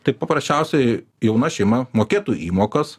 tai paprasčiausiai jauna šeima mokėtų įmokas